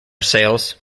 sales